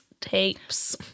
tapes